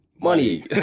money